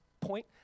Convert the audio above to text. point